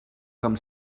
com